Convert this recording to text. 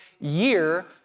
year